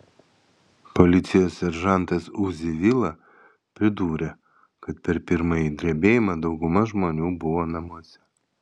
policijos seržantas uzi vila pridūrė kad per pirmąjį drebėjimą dauguma žmonių buvo namuose